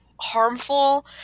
harmful